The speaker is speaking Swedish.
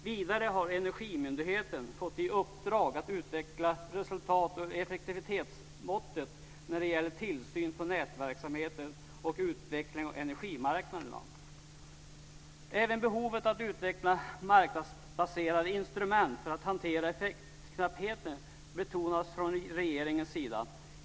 Vidare har Energimyndigheten fått i uppdrag att utveckla resultatoch effektivitetsmåttet när det gäller tillsynen av nätverksamheten och utvecklingen av energimarknaderna. Även behovet av att utveckla marknadsbaserade instrument för att hantera effektknappheten betonas från regeringens sida.